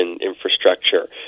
infrastructure